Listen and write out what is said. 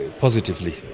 positively